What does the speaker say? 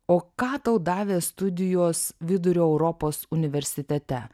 o ką tau davė studijos vidurio europos universitete